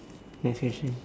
next question